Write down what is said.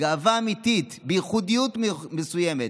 בגאווה אמיתית, בייחודיות מסוימת,